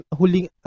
huling